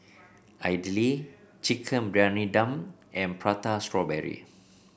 idly Chicken Briyani Dum and Prata Strawberry